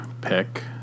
pick